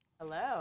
Hello